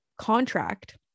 contract